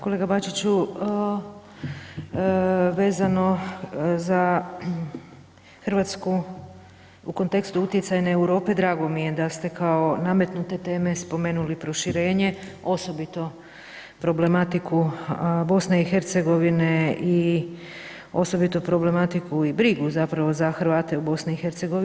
Kolega Bačiću, vezano za RH u kontekstu utjecajne Europe, drago mi je da ste kao nametnute teme spomenuli proširenje, osobito problematiku BiH i osobito problematiku i brigu zapravo za Hrvate u BiH.